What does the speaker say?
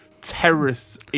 Terrorists